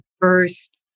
first